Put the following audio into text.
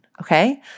Okay